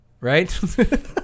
right